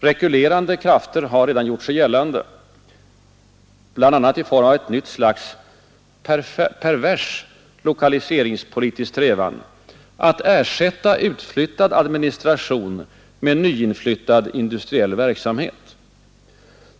Rekylerande krafter har redan gjort sig gällande, bl.a. i form av ett nytt slags ”pervers” lokaliseringspolitisk strävan att ersätta utflyttad administration med nyinflyttad industriell verksamhet.